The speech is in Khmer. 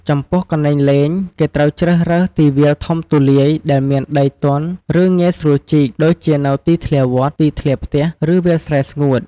ចំពោះកន្លែងលេង គេត្រូវជ្រើសរើស ទីវាលធំទូលាយ ដែលមានដីទន់ ឬងាយស្រួលជីក ដូចជានៅទីធ្លាវត្ត ទីធ្លាផ្ទះ ឬវាលស្រែស្ងួត។